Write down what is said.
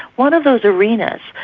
one of those arenas,